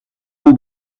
mon